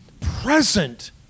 present